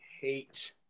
hate